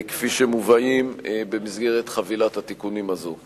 כפי שהם מובאים במסגרת חבילת התיקונים הזו.